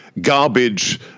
garbage